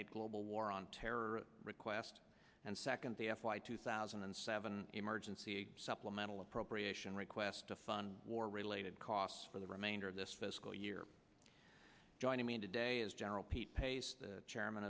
eight global war on terror request and second the f y two thousand and seven emergency supplemental appropriation request to fund war related costs for the remainder of this fiscal year joining me today is general pete pace the chairman